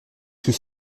sous